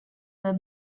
were